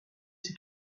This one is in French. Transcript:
ces